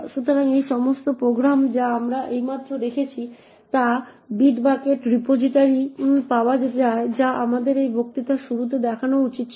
সুতরাং এই সমস্ত প্রোগ্রাম যা আমরা এইমাত্র দেখেছি তা বিটবাকেট রিপোজিটরিতে পাওয়া যায় যা আমাদের এই বক্তৃতার শুরুতে দেখানো উচিত ছিল